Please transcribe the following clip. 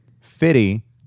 fitty